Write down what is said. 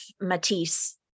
Matisse